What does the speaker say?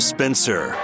Spencer